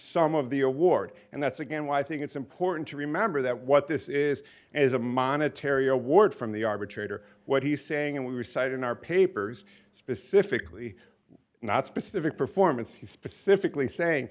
some of the award and that's again why i think it's important to remember that what this is as a monetary award from the arbitrator what he's saying and we cite in our papers specifically not specific performance he's specifically saying